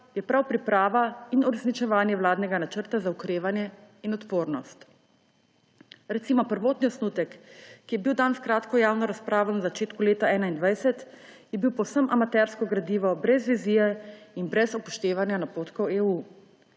je prav priprava in uresničevanje vladnega Načrta za okrevanje in odpornost. Recimo, prvotni osnutek, ki je bil dan v kratko javno razpravo na začetku leta 2021, je bil povsem amatersko gradivo, brez vizije in brez upoštevanja napotkov EU.